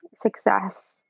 success